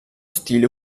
stile